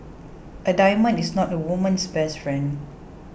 a diamond is not a woman's best friend